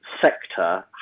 sector